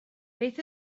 beth